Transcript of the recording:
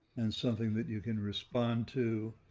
and something that you can respond to,